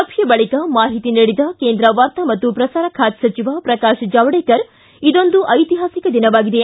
ಸಭೆಯ ಬಳಿಕ ಮಾಹಿತಿ ನೀಡಿದ ಕೇಂದ್ರ ವಾರ್ತಾ ಮತ್ತು ಪ್ರಸಾರ ಖಾತೆ ಸಚಿವ ಪ್ರಕಾಶ ಜಾವಡೇಕರ್ ಇದೊಂದು ಐತಿಹಾಸಿಕ ದಿನವಾಗಿದೆ